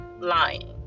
lying